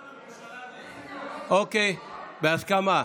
אוקיי, בהסכמה.